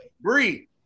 Bree